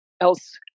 else